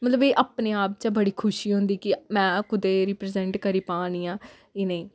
मतलब एह् अपने आप च बड़ी खुशी होंदी कि में कुतै रिप्रजैंट करी पा नी आं इ'नेंगी